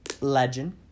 legend